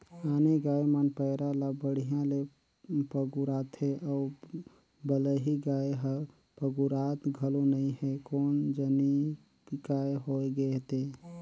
आने गाय मन पैरा ला बड़िहा ले पगुराथे अउ बलही गाय हर पगुरात घलो नई हे कोन जनिक काय होय गे ते